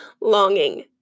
longing